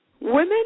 Women